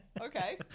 okay